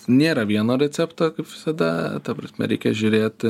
nėra vieno recepto kaip visada ta prasme reikia žiūrėt